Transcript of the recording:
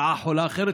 רעה חולה אחרת,